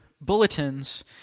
bulletins